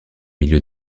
milieu